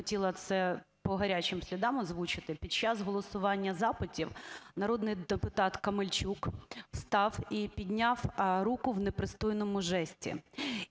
хотіла це по гарячим слідам озвучити. Під час голосування запитів народний депутат Камельчук встав і підняв руку в непристойному жесті